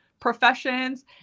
professions